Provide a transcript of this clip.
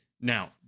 now